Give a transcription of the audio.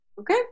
Okay